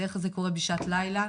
בד"כ זה קורה בשעת לילה.